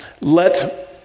let